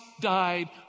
died